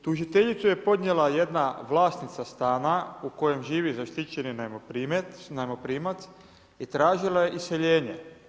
Tužiteljicu je podnijela jedna vlasnica stana u kojem živi zaštićeni najmoprimac i tražila je iseljenje.